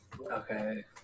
Okay